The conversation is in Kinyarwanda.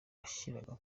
yashyiraga